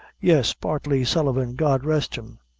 yes, bartley sullivan god rest him!